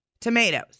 tomatoes